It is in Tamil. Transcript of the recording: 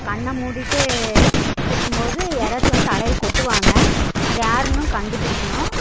கண்ண மூடிகிட்டு இருக்கும்போது யாராச்சும் வந்து தலையில் கொட்டுவாங்க அது யார்னும் கண்டுபிடிக்கணும்